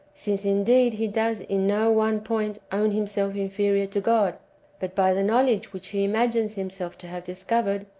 since indeed he does in no one point own himself inferior to god but, by the knowledge which he imagines himself to have discovered,